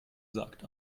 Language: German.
sagt